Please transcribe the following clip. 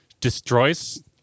Destroys